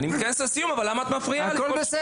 אני מתכנס לסיום, אבל למה את מפריעה לי כל שנייה?